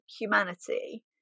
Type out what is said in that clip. humanity